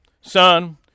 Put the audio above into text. son